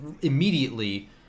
immediately –